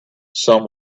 some